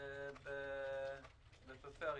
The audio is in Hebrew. בפריפריה,